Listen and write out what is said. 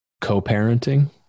co-parenting